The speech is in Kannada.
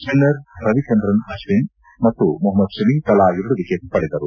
ಸ್ವಿನ್ನರ್ ರವಿಚಂದ್ರನ್ ಅಶ್ವಿನ್ ಮತ್ತು ಮೊಹಮ್ನದ್ ಶಮಿ ತಲಾ ಎರಡು ವಿಕೆಟ್ ಪಡೆದರು